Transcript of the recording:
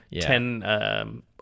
ten